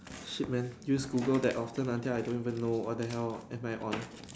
shit man use Google that often until I don't even know what the hell am I on